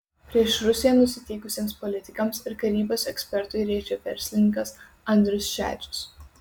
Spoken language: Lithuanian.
prieš rusiją nusiteikusiems politikams ir karybos ekspertui rėžė verslininkas andrius šedžius